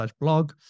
blog